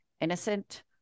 innocent